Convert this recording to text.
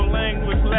language